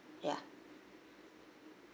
ya